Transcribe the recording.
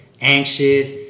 anxious